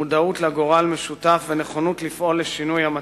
מודעות לגורל משותף ונכונות לפעול לשינוי המצב.